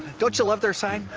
don't you love their sign?